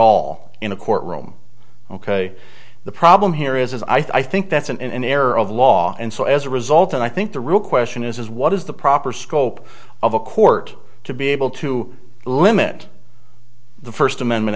all in a courtroom ok the problem here is i think that's an error of law and so as a result and i think the real question is what is the proper scope of a court to be able to limit the first amendment